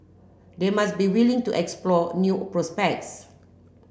they must be willing to explore new prospects